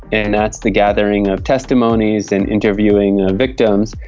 and that's the gathering of testimonies and interviewing of victims.